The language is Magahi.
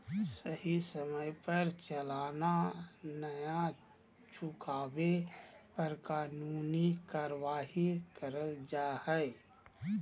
सही समय पर चालान नय चुकावे पर कानूनी कार्यवाही करल जा हय